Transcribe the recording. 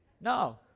No